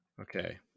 Okay